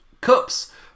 Cups